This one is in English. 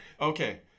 Okay